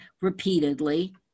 repeatedly